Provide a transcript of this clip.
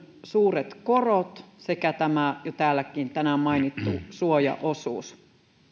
suuret korot sekä tämä täälläkin tänään mainittu suojaosuus